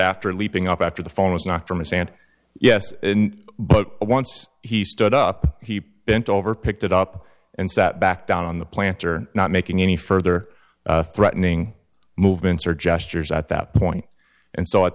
after leaping up after the fall was not from a stand yes but once he stood up he bent over picked it up and sat back down on the planter not making any further threatening movements or gestures at that point and so at